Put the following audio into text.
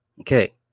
okay